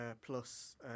plus